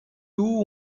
two